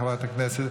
חברת הכנסת,